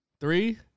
Three